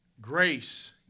Grace